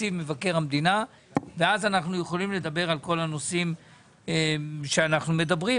תקציב מבקר המדינה ואז אנחנו יכולים לדבר על כל הנושאים שאנחנו מדברים,